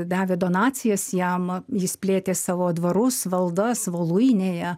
davė donacijas jam jis plėtė savo dvarus valdas voluinėje